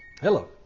hello